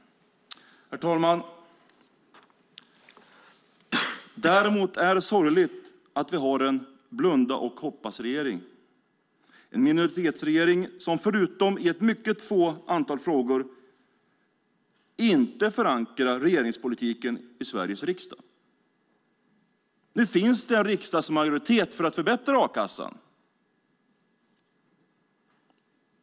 Herr talman! Däremot är det sorgligt att vi har en blunda-och-hoppas-regering, en minoritetsregering som, förutom i ett mycket litet antal frågor, inte förankrar regeringspolitiken i Sveriges riksdag. Nu finns det en riksdagsmajoritet för att förbättra a-kassan.